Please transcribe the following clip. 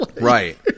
Right